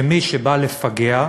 שמי שבא לפגע,